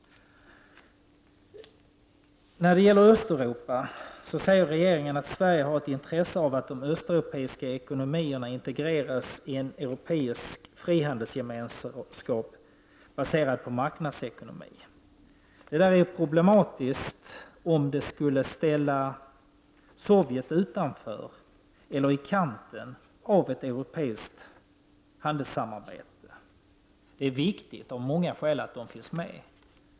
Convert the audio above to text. När det gäller Östeuropa säger regeringen att Sverige har ett intresse av att de östeuropeiska ekonomierna integreras i en europeisk frihandelsgemenskap baserad på marknadsekonomi. Detta är problematiskt om det skulle ställa Sovjet utanför eller i kanten av ett europeiskt handelssamarbete. Det är viktigt av många skäl att Sovjet finns med.